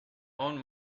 own